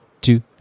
two